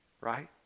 right